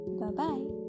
bye-bye